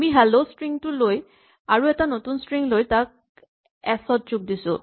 আমি hello string টো লৈ আৰু এটা নতুন ষ্ট্ৰিং লৈ তাক এচ ত যোগ দিলো